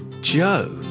Joe